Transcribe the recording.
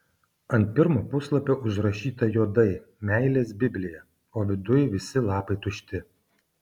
ant pirmo puslapio užrašyta juodai meilės biblija o viduj visi lapai tušti